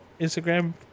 Instagram